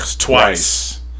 twice